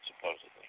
supposedly